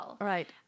Right